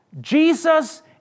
Jesus